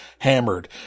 Hammered